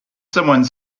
someone